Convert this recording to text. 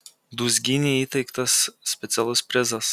dūzgynei įteiktas specialus prizas